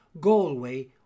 Galway